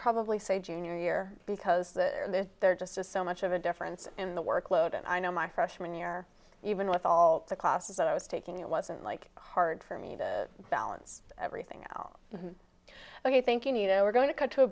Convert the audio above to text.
probably say junior year because there just is so much of a difference in the workload and i know my freshman year even with all the classes i was taking it wasn't like hard for me to balance everything ok thinking you know we're going to cut to a